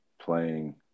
playing